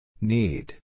Need